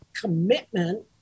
commitment